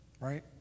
Right